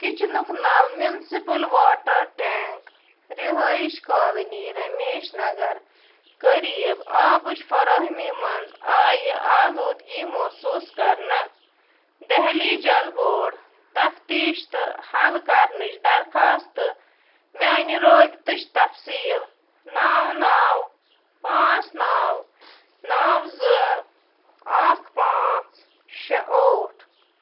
کِچنُک نَل municipal water tank رِہٲیِش colony Rameshnagar قریٖب آبٕچ فراہمی منٛز آیہِ آلوٗدگی محسوٗس کرنہٕ دہلی جل بورڈ تفتیٖش تہٕ حل کَرنٕچ درخاستہٕ میٛانہٕ رٲبطٕچ تفصیٖل نَو نَو پانٛژھ نَو نَو زٕ اَکھ پانٛژھ شےٚ ٲٹھ